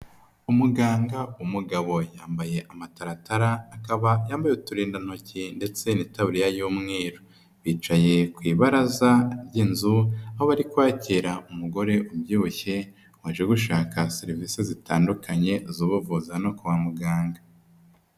Umuganga, umugabo yambaye amataratara, akaba yambaye uturindantoki ndetse n'itabuririya y'umweru. Yicaye ku ibaraza ry'inzu, aho bari kwakira umugore ubyibushye, waje gushaka serivisi zitandukanye, z'ubuvuzi hano kwa muganga.